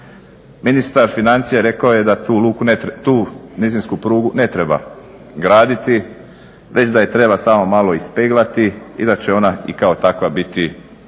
Ministar financija rekao je da tu nizinsku prugu ne treba graditi već da je treba samo malo ispeglati i da će ona i kao takva biti dobra